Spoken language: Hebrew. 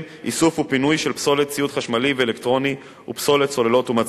איסוף ופינוי של פסולת ציוד חשמלי ואלקטרוני ופסולת סוללות ומצברים,